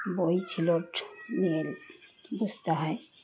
বই খিলোট নিয়ে বুঝতে হয়